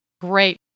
Great